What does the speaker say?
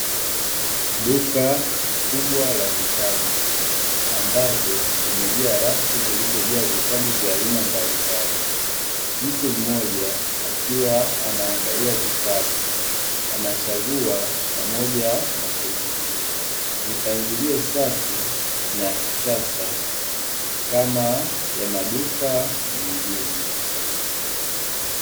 Duka kubwa la vitabu ambalo limejaa rafu zilizojaa vitabu vya aina mbalimbali; mtu mmoja akiwa anaangalia vitabu anachagua vitabu pamoja na kununua. Mipangilio safi na ya kisasa kama ya maduka mengine.